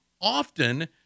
often